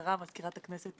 עמדות וחוות דעת,